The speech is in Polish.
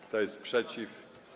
Kto jest przeciw?